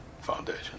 foundation